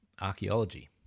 archaeology